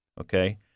okay